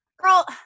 Girl